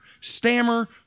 stammer